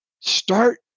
start